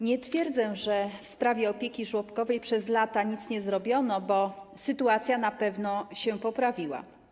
Nie twierdzę, że w sprawie opieki żłobkowej przez lata nic nie zrobiono, bo sytuacja na pewno się poprawiła.